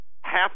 half